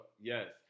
yes